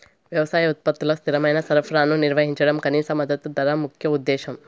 వ్యవసాయ ఉత్పత్తుల స్థిరమైన సరఫరాను నిర్వహించడం కనీస మద్దతు ధర ముఖ్య ఉద్దేశం